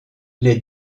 les